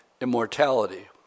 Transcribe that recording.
immortality